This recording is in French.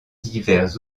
divers